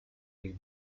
ich